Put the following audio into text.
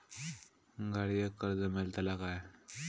गाडयेक कर्ज मेलतला काय?